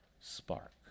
spark